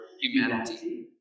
humanity